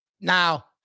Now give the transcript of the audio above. Now